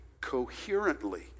coherently